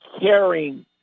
caring